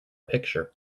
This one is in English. picture